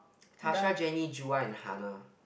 Tasha Jenny Joo A and Hana